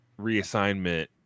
reassignment